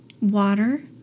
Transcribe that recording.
water